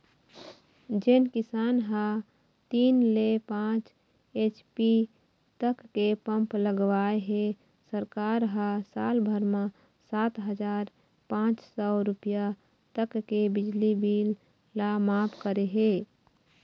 जेन किसान ह तीन ले पाँच एच.पी तक के पंप लगवाए हे सरकार ह साल भर म सात हजार पाँच सौ रूपिया तक के बिजली बिल ल मांफ करे हे